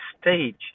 stage